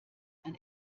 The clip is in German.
ein